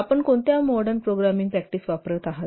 आपण कोणत्या modern programming practice वापरत आहात